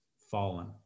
fallen